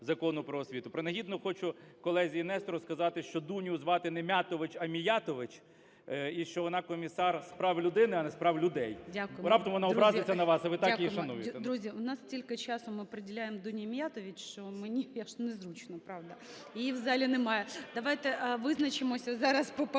Закону "Про освіту". Принагідно хочу колезі Нестору сказати, що Дуню звати не Мятович, а Міятович, і що вона – Комісар з прав людини, а не з прав людей. Раптом вона образиться на вас, а ви так її шануєте. ГОЛОВУЮЧИЙ. Дякую, друзі, дякуємо. Друзі, у нас стільки часу ми приділяємо Дуні Міятович, що мені аж незручно, правда, її в залі немає. Давайте визначимося зараз по поправці